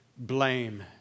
Blame